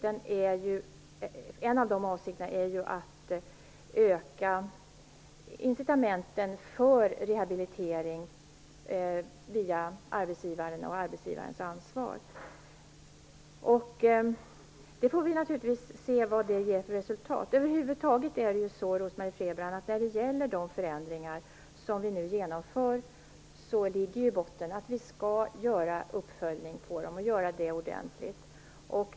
En av avsikterna är att öka incitamenten för rehabilitering via arbetsgivaren och arbetsgivarens ansvar. Vad det ger för resultat får vi naturligtvis se. Över huvud taget är det ju så, Rose-Marie Frebran, att det ligger i botten på de förändringar vi nu genomför att vi skall följa upp dem och göra det ordentligt.